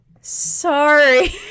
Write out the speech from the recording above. sorry